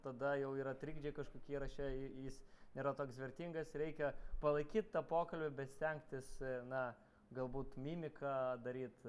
tada jau yra trikdžiai kažkokie įraše jis nėra toks vertingas reikia palaikyt tą pokalbį bet stengtis na galbūt mimiką daryt